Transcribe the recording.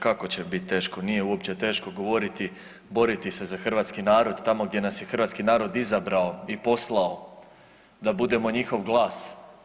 Kako će bit teško, nije uopće teško govoriti, boriti se za hrvatski narod tamo gdje nas je hrvatski narod izabrao i poslao da budemo njihov glas.